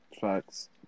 Facts